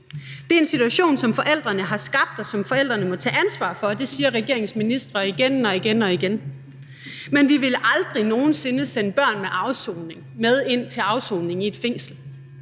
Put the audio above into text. Det er en situation, som forældrene har skabt, og som forældrene må tage ansvar for – det siger regeringens ministre igen og igen – men vi ville aldrig nogen sinde sende børn med ind til afsoning i et fængsel,